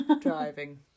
Driving